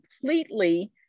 completely